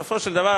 בסופו של דבר,